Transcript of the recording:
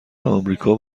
آمریکا